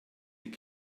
die